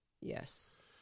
Yes